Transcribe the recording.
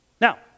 Now